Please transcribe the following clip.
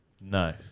No